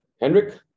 Henrik